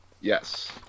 Yes